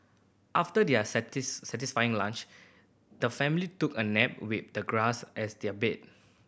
after their satisfying lunch the family took a nap with the grass as their bed